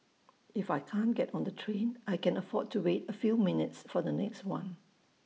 if I can't get on the train I can afford to wait A few minutes for the next one